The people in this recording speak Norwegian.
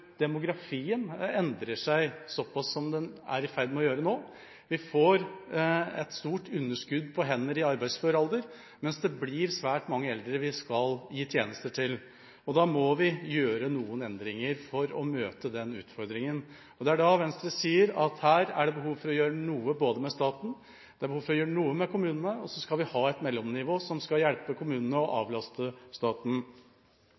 demografien endrer seg såpass som den er i ferd med å gjøre nå. Vi får et stort underskudd på hender i arbeidsfør alder, mens det blir svært mange eldre vi skal gi tjenester til. Da må vi gjøre noen endringer for å møte den utfordringa. Det er da Venstre sier at det er behov for å gjøre noe med staten, noe med kommunene, og så skal vi ha et mellomnivå som skal hjelpe kommunene til å